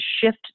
shift